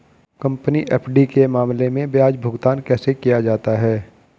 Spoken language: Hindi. कंपनी एफ.डी के मामले में ब्याज भुगतान कैसे किया जाता है?